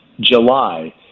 July